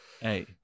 hey